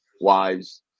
wives